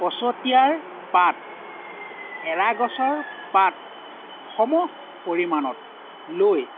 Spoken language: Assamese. পচতিয়াৰ পাত এৰা গছৰ পাত সম পৰিমানত লৈ